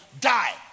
die